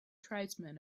tribesmen